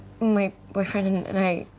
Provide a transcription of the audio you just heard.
my boyfriend and and and i,